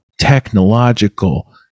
technological